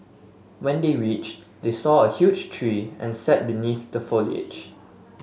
when they reached they saw a huge tree and sat beneath the foliage